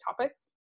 topics